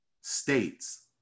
states